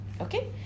Okay